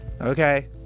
okay